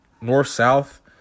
north-south